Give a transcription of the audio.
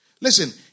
Listen